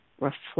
reflect